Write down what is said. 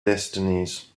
destinies